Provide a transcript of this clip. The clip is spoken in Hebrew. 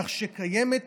כך שקיימת